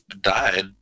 died